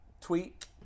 tweet